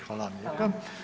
Hvala vam lijepa.